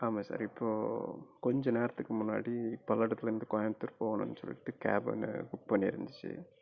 ஆமாம் சார் இப்போது கொஞ்சம் நேரத்துக்கு முன்னாடி பல்லடத்துலேருந்து கோயம்புத்தூர் போணுன்னு சொல்லிட்டு கேப் புக் பண்ணிருந்துச்சு